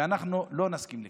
ואנחנו לא נסכים לכך.